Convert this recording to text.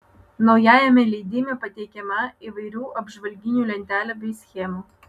naujajame leidime pateikiama įvairių apžvalginių lentelių bei schemų